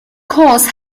cours